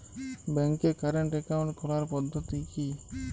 ব্যাংকে current account খোলার পদ্ধতি কি?